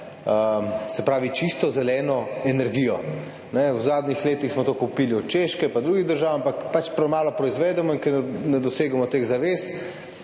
kupovali čisto zeleno energijo. V zadnjih letih smo to kupili od Češke in drugih držav, ampak premalo proizvedemo in ker ne dosegamo teh zavez,